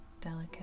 delicate